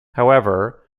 however